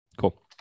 Cool